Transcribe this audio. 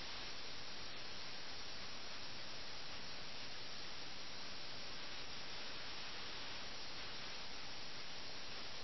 അതിനാൽ നവാബ് സാഹിബ് പിടിയിലായത് മിർസയെ ഭയങ്കരമായി ബാധിച്ചു നവാബ് സാഹിബ് രക്തക്കണ്ണീർ ഒഴുക്കുന്നുണ്ടാകുമെന്ന് അദ്ദേഹം പറയുന്നു